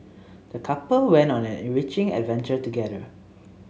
the couple went on an enriching adventure together